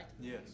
Yes